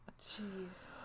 Jeez